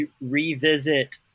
revisit